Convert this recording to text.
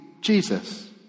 Jesus